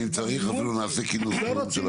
ואם צריך אפילו נעשה כינוס תיאום של הוועדה.